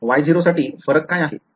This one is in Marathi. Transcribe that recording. साठी फरक काय आहे